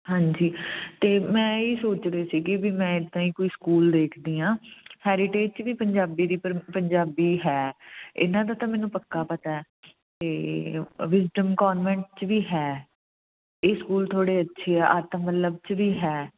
ਹਾਂਜੀ ਅਤੇ ਮੈਂ ਇਹੀ ਸੋਚਦੇ ਸੀ ਕਿ ਬਈ ਮੈਂ ਇੱਦਾਂ ਹੀ ਕੋਈ ਸਕੂਲ ਦੇਖਦੀ ਹਾਂ ਹੈਰੀਟੇਜ 'ਚ ਵੀ ਪੰਜਾਬੀ ਦੀ ਪੰਜਾਬੀ ਹੈ ਇੰਨਾ ਕੁ ਤਾਂ ਮੈਨੂੰ ਪੱਕਾ ਪਤਾ ਅਤੇ ਵਿਜਿਟਮ ਕੋਂਨਵੈਂਟ 'ਚ ਵੀ ਹੈ ਇਸ ਸਕੂਲ ਥੋੜ੍ਹੇ ਅੱਛੇ ਆਤਮ ਵਲਬ 'ਚ ਵੀ ਹੈ